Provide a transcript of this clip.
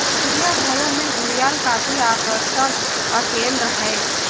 चिड़ियाघरों में घड़ियाल काफी आकर्षण का केंद्र है